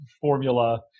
formula